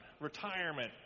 Retirement